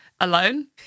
alone